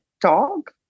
dog